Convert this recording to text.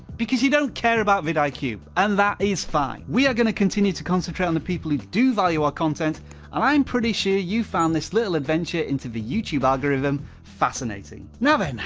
because you don't care about vidiq, and that is fine. we are gonna continue to concentrate on the people who do value our content and i'm pretty sure you've found this little adventure into the youtube algorithm fascinating. now then,